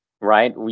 Right